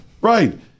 right